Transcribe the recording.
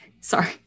sorry